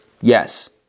Yes